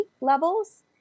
levels